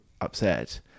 upset